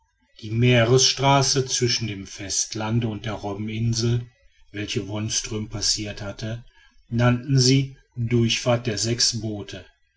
die meeresstraße zwischen dem festlande und der robbeninsel welche wonström passiert hatte nannten sie durchfahrt der sechs boote